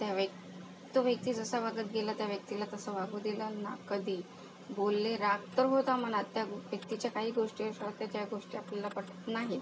त्या वेक् तो व्यक्ती जसा वागत गेला त्या व्यक्तीला तसं वागू दिलं ना कधी बोलले राग तर होता मनात त्या व्यक्तीच्या काही गोष्टी अशा होत्या ज्या गोष्टी आपल्याला पटत नाही